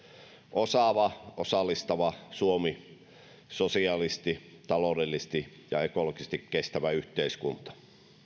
osaava osallistava suomi sosiaalisesti taloudellisesti ja ekologisesti kestävä yhteiskunta